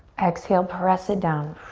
exhale, press it down.